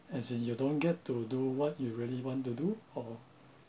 as in you don't get to do what you really want to do or